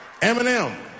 Eminem